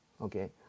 Okay